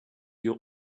your